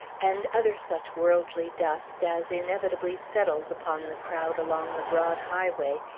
and other such worldly dust as inevitably settles upon the crowd along the broad highway,